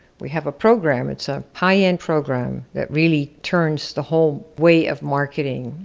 we have a program, it's a high-end program that really turns the whole way of marketing,